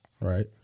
Right